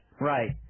Right